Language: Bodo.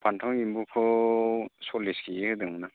फान्थाव एम्बुखौ सल्लिस किजि होदोंमोन आं